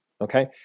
Okay